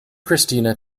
cristina